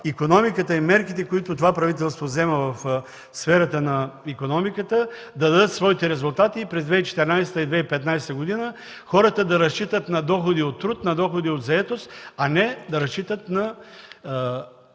и мерките, които това правителство взима в сферата на икономиката, да дадат своите резултати и през 2014-2015 г. хората да разчитат на доходи от труд и от заетост, а не на мерките и